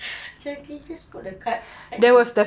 can you just put the cards at you